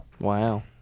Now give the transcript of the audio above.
Wow